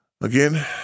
Again